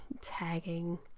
tagging